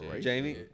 Jamie